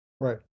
Right